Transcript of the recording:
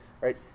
Right